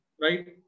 Right